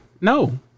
No